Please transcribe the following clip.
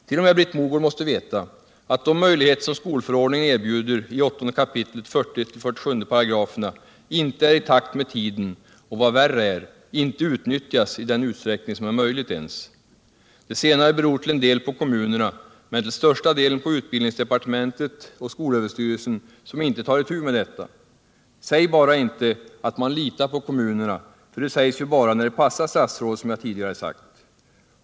T. o. m. Britt Mogård måste veta att de möjligheter som skolförordningen erbjuder i 8 kap. 40-47 §§ inte är i pakt med tiden och, vad värre är, inte utnyttjas i den utsträckning som är möjligt. Det senare beror till en del på kommunerna men till största delen på utbildningsdepartementet och SÖ, som inte tar itu med detta. Säg bara inte att man litar på kommunerna, för det sägs ju bara när det passar statsrådet, som jag tidigare sagt.